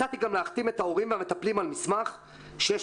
הצעתי גם להחתים את ההורים והמטפלים על מסמך שיש